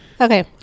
okay